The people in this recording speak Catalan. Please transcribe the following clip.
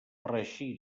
reeixir